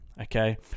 okay